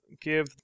give